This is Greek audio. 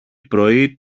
πρωί